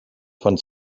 von